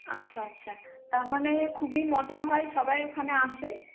আচ্ছা আচ্ছা তার মানে খুবই মজা হয় সবাই ওখানে আসে